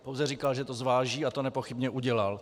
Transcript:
Pouze říkal, že to zváží, a to nepochybně udělal.